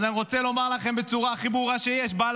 אז אני רוצה לומר לכם בצורה הכי ברורה שיש: בעל